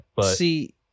See